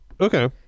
Okay